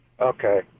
Okay